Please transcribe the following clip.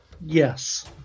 Yes